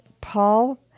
Paul